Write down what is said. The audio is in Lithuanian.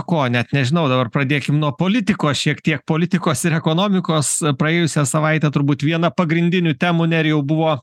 ko net nežinau dabar pradėkim nuo politikos šiek tiek politikos ir ekonomikos praėjusią savaitę turbūt viena pagrindinių temų nerijau buvo